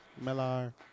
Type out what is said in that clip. Miller